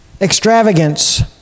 extravagance